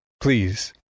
Please